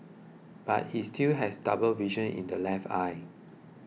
but he still has double vision in the left eye